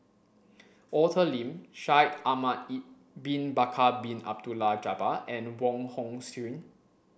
Arthur Lim Shaikh Ahmad bin Bakar Bin Abdullah Jabbar and Wong Hong Suen